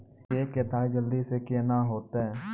के केताड़ी जल्दी से के ना होते?